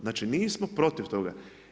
Znači nismo protiv toga.